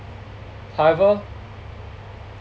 however